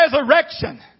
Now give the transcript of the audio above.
resurrection